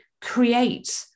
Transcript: create